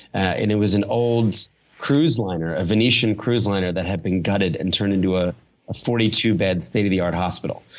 and it was an old cruise liner, a venetian cruise liner, that had been gutted and turned into ah a forty two bed, state of the art, hospital.